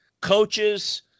coaches